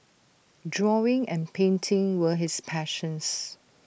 drawing and painting were his passions